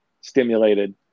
stimulated